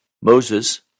Moses